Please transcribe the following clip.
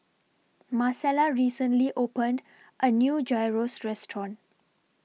Marcela recently opened A New Gyros Restaurant